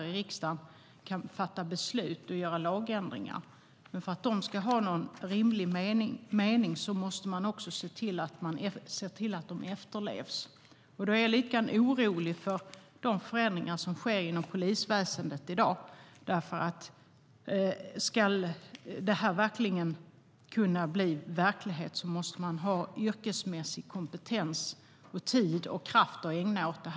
I riksdagen kan vi fatta beslut och göra lagändringar, men för att de ska vara meningsfulla måste vi se till att de efterlevs. Därför gör de förändringar som sker inom polisväsendet mig lite orolig. Ska detta bli verklighet måste man ha yrkesmässig kompetens och tid och kraft att ägna åt det.